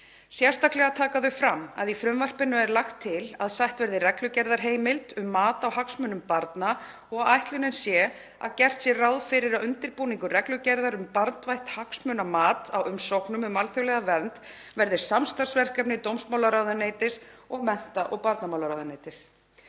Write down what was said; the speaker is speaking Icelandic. Sérstaklega taka þau fram að í frumvarpinu er lagt til að sett verði reglugerðarheimild um mat á hagsmunum barna og að ætlunin sé að gert sé ráð fyrir að undirbúningur reglugerðar um barnvænt hagsmunamat á umsóknum um alþjóðlega vernd verði samstarfsverkefni dómsmálaráðuneytis og mennta- og barnamálaráðuneytis.